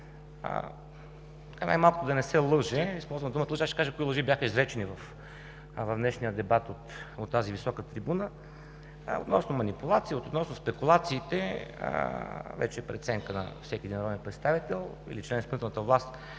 най-малкото да не се лъже. Използвам думата „лъже“, аз ще кажа кои лъжи бяха изречени в днешния дебат от тази висока трибуна. А относно манипулациите, относно спекулациите, вече е преценка на всеки един народен представител или член на изпълнителната власт